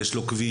ויש לו קביעות,